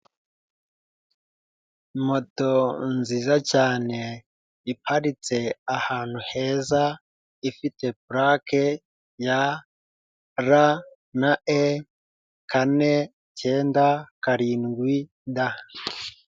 Moto nziza cyane iparitse ahantu heza ifite pulake ya ra na e kane, ikenda, karindwi, da.